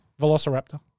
Velociraptor